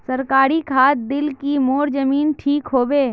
सरकारी खाद दिल की मोर जमीन ठीक होबे?